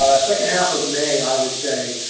ah second half of may, i would say,